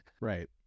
right